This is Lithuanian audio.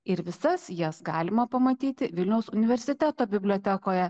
ir visas jas galima pamatyti vilniaus universiteto bibliotekoje